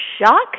shock